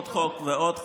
עוד חוק ועוד חוק.